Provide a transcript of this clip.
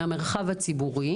מהמרחב הציבורי,